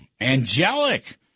Angelic